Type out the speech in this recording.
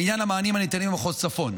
לעניין המענים הניתנים במחוז צפון,